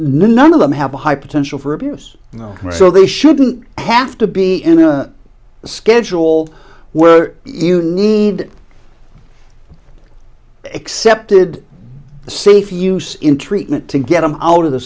none of them have a high potential for abuse so they shouldn't have to be in a schedule where even need excepted safe use in treatment to get them out of the